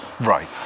Right